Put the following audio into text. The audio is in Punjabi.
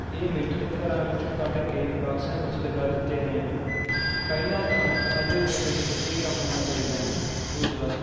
ਇਹ ਮੀਟਰ ਘਰਾਂ ਵਿੱਚੋਂ ਕੱਢ ਕੇ ਬਕਸਿਆਂ ਵਿੱਚ ਲਗਾ ਦਿੱਤੇ ਗਏ ਹਨ ਪਹਿਲਾਂ ਤਾਂ ਸਾਡੇ ਪਿੰਡ ਵਿੱਚ ਇਹ ਕੰਮ ਹੋਣਾ ਚਾਹੀਦਾ ਹੈ ਦੂਸਰਾ